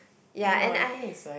ya and I